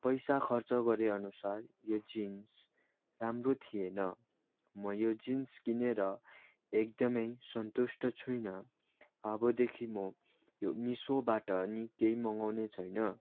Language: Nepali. पैसा खर्च गरेअनुसार यो जिन्स राम्रो थिएन म यो जिन्स किनेर एकदमै सन्तुष्ट छुइनँ अबदेखि म यो मिसोबाट नि केही मगाउने छैन